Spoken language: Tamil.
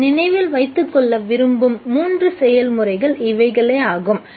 நீங்கள் நினைவில் வைத்துக்கொள்ள விரும்பும் மூன்று செயல்முறைகள் இவைகளே ஆகும்